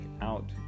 out